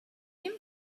him